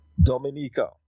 Dominica